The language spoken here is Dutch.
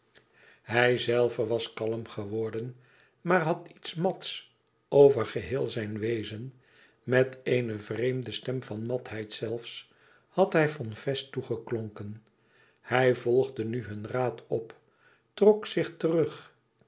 hijzelve was kalm geworden maar had iets mats over geheel zijn wezen met eene vreemde stem van matheid zelfs had hij von fest toegeklonken hij volgde nu hun raad op trok zich terug